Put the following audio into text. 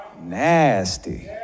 nasty